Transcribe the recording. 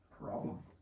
problem